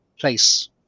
place